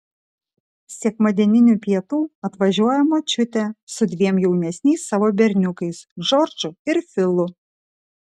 sekmadieninių pietų atvažiuoja močiutė su dviem jaunesniais savo berniukais džordžu ir filu